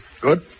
Good